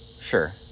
sure